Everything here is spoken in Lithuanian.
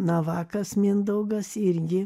navakas mindaugas irgi